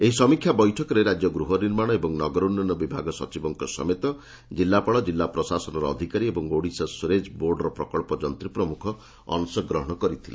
ଏହି ସମୀକ୍ଷା ବୈଠକରେ ରାଜ୍ୟ ଗୃହ ନିର୍ମାଣ ଓ ନଗର ଉନ୍ୟନ ବିଭାଗ ସଚିବଙ୍କ ସମେତ ଜିଲାପାଳ ଜିଲ୍ଲା ପ୍ରଶାସନର ଅଧିକାରୀ ଓ ଓଡ଼ିଶା ସ୍ୱେରେଜ ବୋର୍ଡ ପ୍ରକବ୍ବ ଯନ୍ତୀ ପ୍ରମୁଖ ଅଂଶଗ୍ରହଶ କରିଥିଲେ